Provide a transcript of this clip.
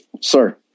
Sir